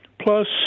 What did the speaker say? Plus